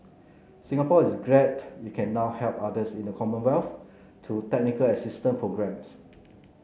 Singapore is glad it can now help others in the commonwealth through technical assistance programmes